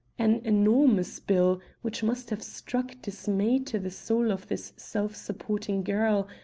an enormous bill, which must have struck dismay to the soul of this self-supporting girl,